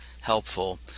helpful